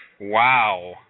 Wow